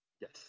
Yes